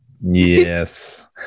Yes